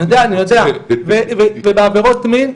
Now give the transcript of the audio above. אני יודע ובעבירות מין,